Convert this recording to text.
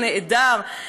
שנעדר,